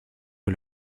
est